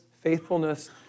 faithfulness